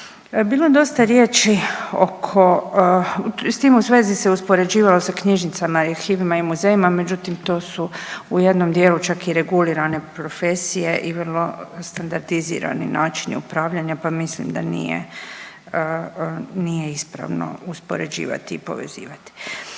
Bilo je dosta riječi oko, s tim u svezi se uspoređivalo sa knjižnicama, arhivima i muzejima, međutim, to su u jednom dijelu čak i regulirane profesije i vrlo standardizirani načini upravljanja pa mislim da nije ispravno uspoređivati i povezivati.